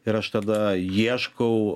ir aš tada ieškau